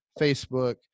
Facebook